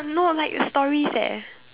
no like stories eh